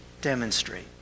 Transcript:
demonstrate